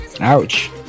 Ouch